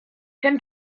ten